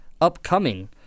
upcoming